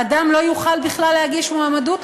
אדם לא יוכל בכלל להגיש מועמדות,